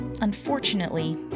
unfortunately